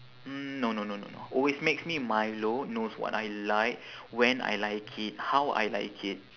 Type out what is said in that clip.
mm no no no no always makes me milo knows what I like when I like it how I like it